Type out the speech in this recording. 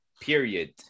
period